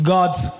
God's